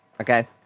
okay